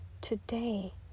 Today